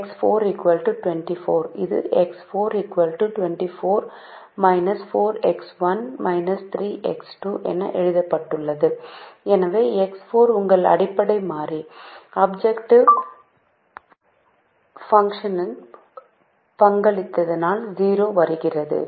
objective பாங்ஷுன்புறநிலை செயல்பாடு10X19X2 or 010X19X2 X3 மற்றும் X4 ஆப்ஜெக்ட்டிவ் பாங்ஷுனுக்கு புறநிலை செயல்பாடு பங்காளிகத்தினால் 0 வருகிறது